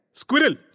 squirrel